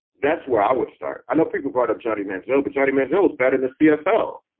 that's where i would start. i know people brought up johnny manziel, but johnny manziel was bad in the cfl.